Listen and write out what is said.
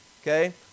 okay